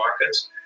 markets